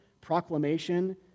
proclamation